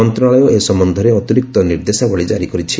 ମନ୍ତ୍ରାଳୟ ଏ ସମ୍ବନ୍ଧରେ ଅତିରିକ୍ତ ନିର୍ଦ୍ଦେଶାବଳୀ କାରି କରିଛି